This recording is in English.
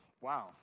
wow